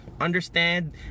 understand